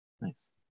Nice